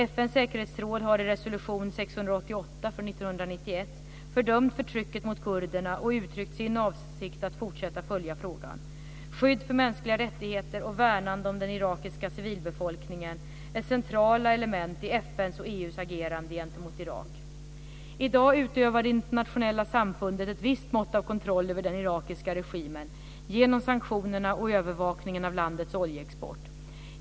FN:s säkerhetsråd har i resolution 688 från 1991 fördömt förtrycket mot kurderna och uttryckt sin avsikt att fortsätta följa frågan. Skydd för mänskliga rättigheter och värnande om den irakiska civilbefolkningen är centrala element i FN:s och EU:s agerande gentemot I dag utövar det internationella samfundet ett visst mått av kontroll över den irakiska regimen genom sanktionerna och övervakningen av landets oljeexport.